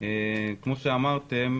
כפי שאמרתי,